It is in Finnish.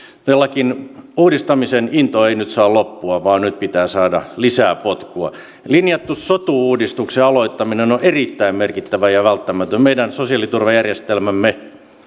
todellakaan uudistamisen into ei nyt saa loppua vaan nyt pitää saada lisää potkua linjattu sotu uudistuksen aloittaminen on on erittäin merkittävä ja välttämätön meidän sosiaaliturvajärjestelmämme